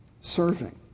serving